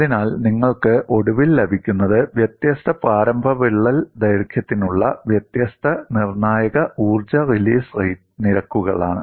അതിനാൽ നിങ്ങൾക്ക് ഒടുവിൽ ലഭിക്കുന്നത് വ്യത്യസ്ത പ്രാരംഭ വിള്ളൽ ദൈർഘ്യത്തിനുള്ള വ്യത്യസ്ത നിർണായക ഊർജ്ജ റിലീസ് നിരക്കുകളാണ്